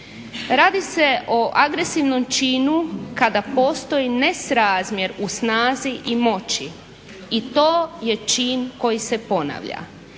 Radi se o agresivnom činu kada postoji nesrazmjer u snazi i moći i to je čin koji se ponavlja.